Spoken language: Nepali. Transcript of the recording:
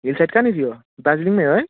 हिल साइड कहाँनेरि हो दार्जिलिङमै हो है